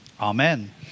Amen